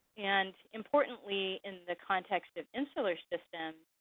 and importantly, in the context of insular systems,